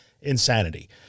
insanity